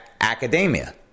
academia